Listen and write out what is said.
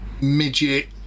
Midget